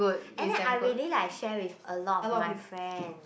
and then I really like share with a lot of my friend